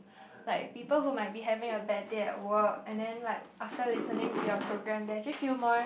like people who might be having a bad day at work and then like after listening to your program they actually feel more